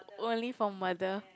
only for mother